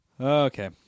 Okay